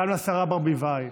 גם השרה ברביבאי